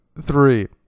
three